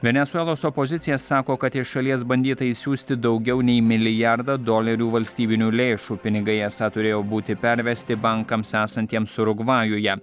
venesuelos opozicija sako kad iš šalies bandyta išsiųsti daugiau nei milijardą dolerių valstybinių lėšų pinigai esą turėjo būti pervesti bankams esantiems urugvajuje